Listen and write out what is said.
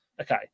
Okay